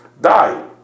die